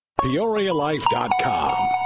PeoriaLife.com